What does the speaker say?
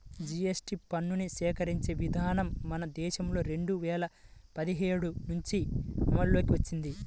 GST పన్నుని సేకరించే విధానం మన దేశంలో రెండు వేల పదిహేడు నుంచి అమల్లోకి వచ్చింది